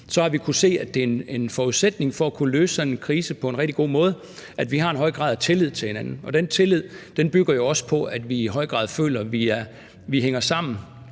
har vi kunnet se, at det er en forudsætning for at kunne løse sådan en krise på en rigtig god måde, at vi har en høj grad af tillid til hinanden, og den tillid bygger jo også på, at vi i høj grad føler, at vi hænger sammen,